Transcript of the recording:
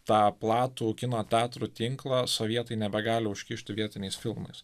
tą platų kino teatrų tinklą sovietai nebegali užkišti vietiniais filmais